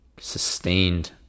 sustained